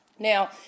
Now